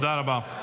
תודה רבה.